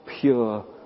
pure